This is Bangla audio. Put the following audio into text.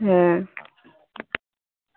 হ্যাঁ